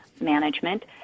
management